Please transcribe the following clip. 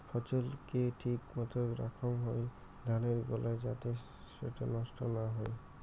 ফছল কে ঠিক মতো রাখাং হই ধানের গোলায় যাতে সেটো নষ্ট না হই